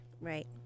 Right